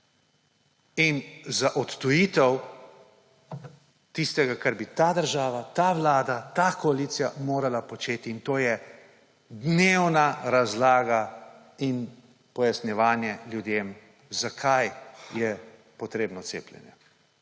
in za odtujitev tistega, kar bi ta država, ta vlada, ta koalicija morala početi, in to je dnevna razlaga in pojasnjevanje ljudem, zakaj je potrebno cepljenje.